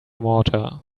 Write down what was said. water